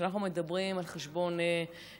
וכשאנחנו מדברים על חשבון נפש,